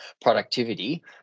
productivity